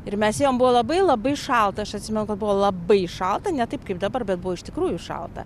ir mes ėjom buvo labai labai šalta aš atsimenu kad buvo labai šalta ne taip kaip dabar bet buvo iš tikrųjų šalta